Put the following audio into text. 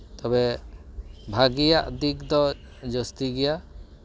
ᱛᱚᱵᱮ ᱵᱷᱟᱹᱜᱤᱭᱟᱜ ᱫᱤᱠ ᱫᱚ ᱡᱟᱹᱥᱛᱤ ᱜᱮᱭᱟ